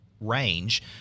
range